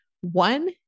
One